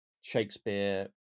Shakespeare